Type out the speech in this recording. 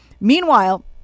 Meanwhile